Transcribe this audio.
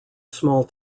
small